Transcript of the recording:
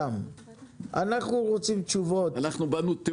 אנחנו אוהבים את ההסברים האלה,